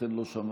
ולכן לא שמעתי,